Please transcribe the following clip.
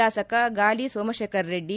ಶಾಸಕ ಗಾಲಿ ಸೋಮಶೇಖರರೆಡ್ಡಿ